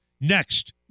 Next